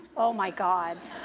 oh my god.